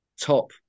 top